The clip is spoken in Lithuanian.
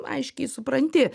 aiškiai supranti